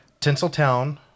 Tinseltown